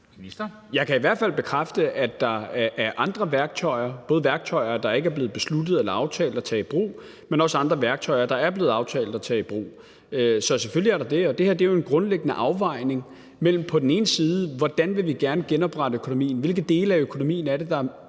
Jeg kan i hvert fald bekræfte, at der er andre værktøjer – både værktøjer, der ikke er blevet besluttet eller aftalt at tage i brug, men også andre værktøjer, der er blevet aftalt at tage i brug. Selvfølgelig er der det. Det her er jo en grundlæggende afvejning, i forhold til hvordan vi gerne vil genoprette økonomien, og hvilke dele af økonomien der